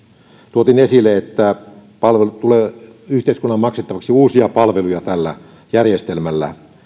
tuotiin esille että uudet palvelut tulevat yhteiskunnan maksettavaksi tällä järjestelmällä